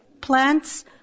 Plants